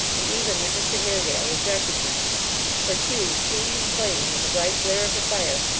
and even that mr haredale was recognised for hugh, seeing him plainly in the bright glare of the fire,